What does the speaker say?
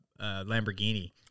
Lamborghini